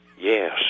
yes